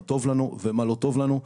מה טוב לנו ומה לא טוב לנו,